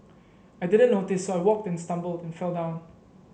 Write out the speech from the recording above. I didn't notice so I walked and stumbled and fell down